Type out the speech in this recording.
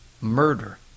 murder